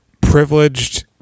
privileged